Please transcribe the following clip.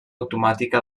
automàtica